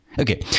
Okay